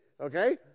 Okay